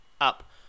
up